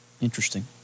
Interesting